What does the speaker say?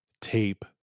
tape